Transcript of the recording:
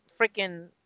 freaking